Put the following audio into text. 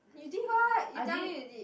you did what you tell me you did